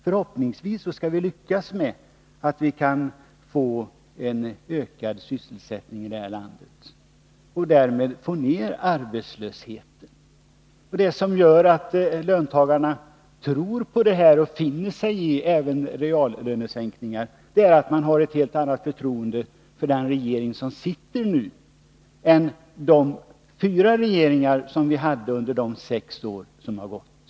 Förhoppningsvis lyckas vi med att få en ökad sysselsättning i det här landet och därmed få ner arbetslösheten. Det som gör att löntagarna tror på det här, och att de finner sig i även reallönesänkningar, är att man helt enkelt har ett annat förtroende för den regering som nu sitter än vad man hade för de fyra regeringar som vi hade under de sex år som har gått.